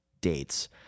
dates